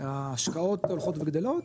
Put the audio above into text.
ההשקעות הולכות וגדלות,